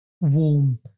warm